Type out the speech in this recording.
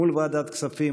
מול ועדת כספים,